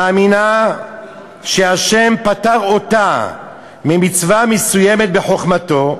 מאמינה שהשם פטר אותה ממצווה מסוימת בחוכמתו,